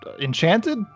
enchanted